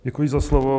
Děkuji za slovo.